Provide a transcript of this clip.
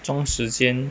装时间